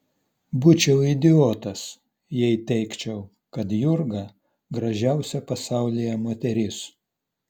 būčiau idiotas jei teigčiau kad jurga gražiausia pasaulyje moteris